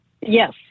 Yes